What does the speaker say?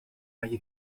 اگه